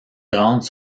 grandes